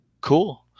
cool